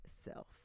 self